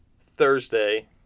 Thursday